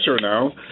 now